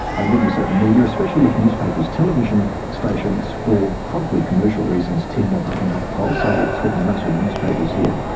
and when we say the media, especially with newspapers, television stations, for probably commercial reasons, tend not to conduct polls, so we're talking mostly newspapers here.